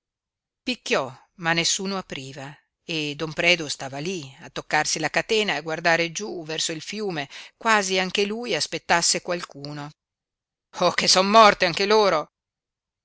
picchiò ma nessuno apriva e don predu stava lí a toccarsi la catena e a guardare giú verso il fiume quasi anche lui aspettasse qualcuno oh che son morte anche loro